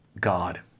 God